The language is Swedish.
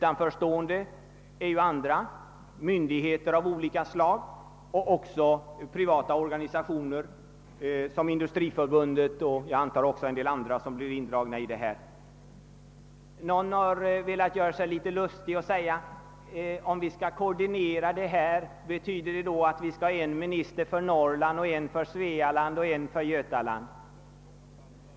Härtill kommer andra myndigheter av olika slag samt privata organisationer som Sveriges industriförbund och säkert ytterligare några. Någon har velat göra sig litet lustig och frågat om det i händelse av koordinering betyder att vi skall ha en minister för Norr land, en för Svealand och en för Götaland.